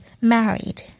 Married